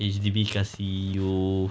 H_D_B kasih you